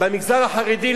במגזר החרדי,